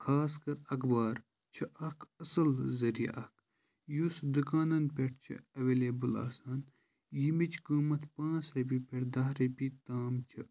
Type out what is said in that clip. خاص کَر اخبار چھِ اَکھ اَصٕل ذٔریعہٕ اَکھ یُس دُکانَن پٮ۪ٹھ چھِ ایویلیبل آسان ییٚمِچ قۭمَتھ پانٛژھ رۄپیہِ پٮ۪ٹھ دَہ رۄپیہِ تام چھِ